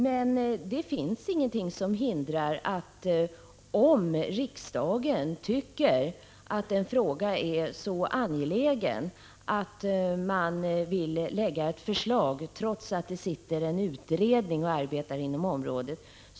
Men det finns ingenting som hindrar riksdagen att framlägga ett förslag, ifall riksdagen tycker att en fråga är så angelägen att man vill göra något trots att en utredning arbetar inom området.